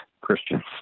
Christians